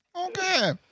Okay